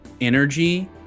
energy